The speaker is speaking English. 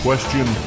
Question